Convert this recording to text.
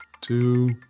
Two